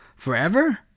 Forever